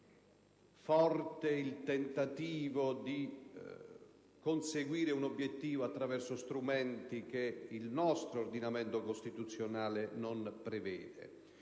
forte il tentativo di conseguire un obiettivo attraverso strumenti che il nostro ordinamento costituzionale non prevede.